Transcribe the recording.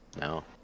No